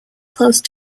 close